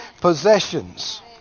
Possessions